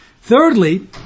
Thirdly